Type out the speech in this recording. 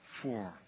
four